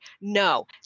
No